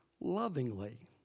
lovingly